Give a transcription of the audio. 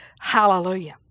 hallelujah